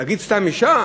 להגיד סתם אישה?